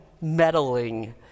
meddling